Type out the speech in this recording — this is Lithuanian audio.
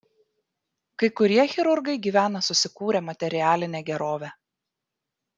kai kurie chirurgai gyvena susikūrę materialinę gerovę